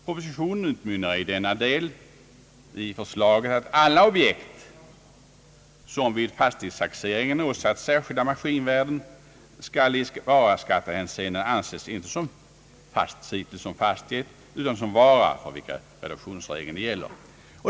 Propositionen utmynnar i denna del i förslaget att alla objekt som vid fastighetstaxeringen har åsatts särskilda maskinvärden skall i varuskattehänseende inte anses såsom fastighet utan som vara, för vilken reduktionsregeln gäller.